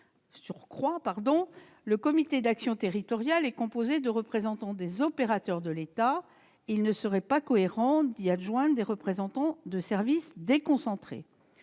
surcroît, le comité d'action territoriale est composé de représentants des opérateurs de l'État. Il ne serait pas cohérent d'y adjoindre des représentants de services déconcentrés.